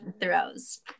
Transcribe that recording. throws